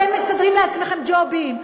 אתם מסדרים לעצמכם ג'ובים,